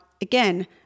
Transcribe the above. again